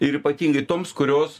ir ypatingai toms kurios